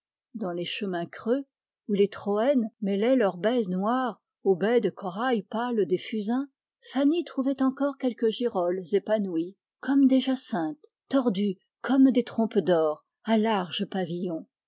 dans les chemins creux où les troènes mêlaient leurs haies noires aux baies de corail pâle des fusains fanny trouvait encore quelques girolles épanouies comme des jacinthes tordues comme des trompes d'or à large pavillon